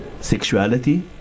sexuality